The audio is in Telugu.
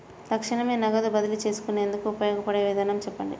తక్షణమే నగదు బదిలీ చేసుకునేందుకు ఉపయోగపడే విధానము చెప్పండి?